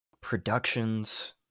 productions